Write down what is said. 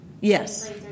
Yes